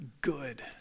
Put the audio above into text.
Good